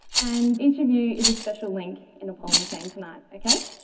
and each of you is a special link in a polymer chain tonight, okay?